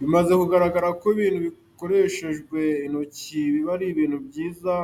Bimaze kugaragara ko ibintu bikoreshejwe intoki biba ari ibintu byiza